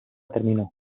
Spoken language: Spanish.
terminó